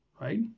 Right